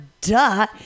duh